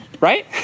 right